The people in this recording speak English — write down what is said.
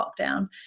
lockdown